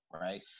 right